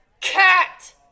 cat